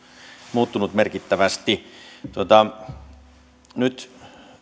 muuttunut merkittävästi nyt